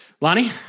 Lonnie